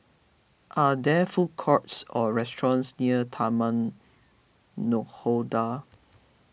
are there food courts or restaurants near Taman Nakhoda